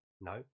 no